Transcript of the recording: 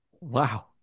Wow